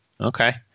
Okay